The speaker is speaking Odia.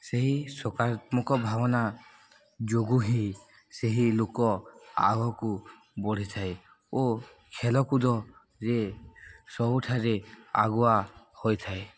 ସେହି ସକାରାତ୍ମକ ଭାବନା ଯୋଗୁଁ ହିଁ ସେହି ଲୋକ ଆଗକୁ ବଢ଼ିଥାଏ ଓ ଖେଳକୁଦରେ ସବୁଠାରେ ଆଗୁଆ ହୋଇଥାଏ